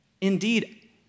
indeed